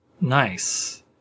Nice